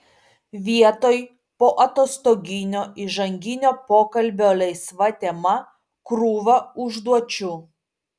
vietoj poatostoginio įžanginio pokalbio laisva tema krūva užduočių